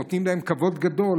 נותנים להם כבוד גדול,